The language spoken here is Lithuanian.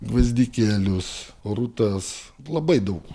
gvazdikėlius rūtas labai daug